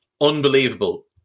Unbelievable